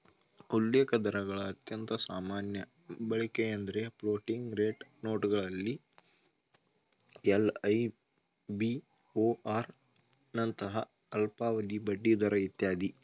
ಉಲ್ಲೇಖದರಗಳ ಅತ್ಯಂತ ಸಾಮಾನ್ಯ ಬಳಕೆಎಂದ್ರೆ ಫ್ಲೋಟಿಂಗ್ ರೇಟ್ ನೋಟುಗಳಲ್ಲಿ ಎಲ್.ಐ.ಬಿ.ಓ.ಆರ್ ನಂತಹ ಅಲ್ಪಾವಧಿ ಬಡ್ಡಿದರ ಇತ್ಯಾದಿ